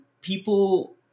people